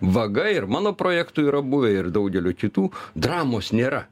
vaga ir mano projektų yra buvę ir daugelio kitų dramos nėra